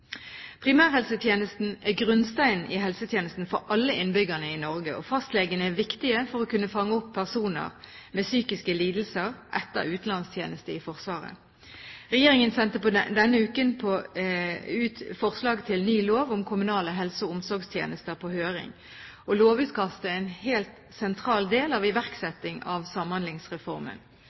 Primærhelsetjenesten er grunnsteinen i helsetjenesten for alle innbyggere i Norge. Fastlegene er viktige for å kunne fange opp personer med psykiske lidelser etter utenlandstjeneste i Forsvaret. Regjeringen sendte denne uken ut forslag til ny lov om kommunale helse- og omsorgstjenester på høring. Lovutkastet er en helt sentral del av iverksettingen av Samhandlingsreformen.